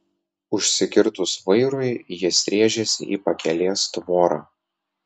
užsikirtus vairui jis rėžėsi į pakelės tvorą